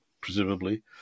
presumably